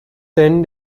ten